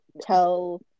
tell